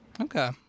Okay